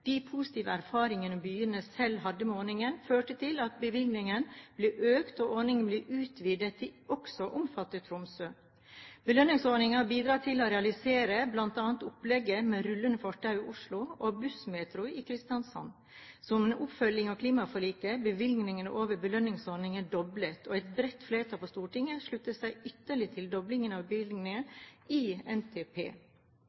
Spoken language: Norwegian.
De positive erfaringene byene selv hadde med ordningen, førte til at bevilgningen ble økt, og ordningen ble utvidet til også å omfatte Tromsø. Belønningsordningen bidrar til å realisere bl.a. opplegget med rullende fortau i Oslo og bussmetro i Kristiansand. Som en oppfølging av klimaforliket ble bevilgningene over belønningsordningen doblet, og et bredt flertall på Stortinget sluttet seg til ytterligere dobling av